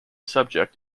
subject